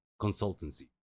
consultancy